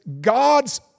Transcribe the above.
God's